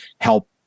help